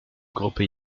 gruppe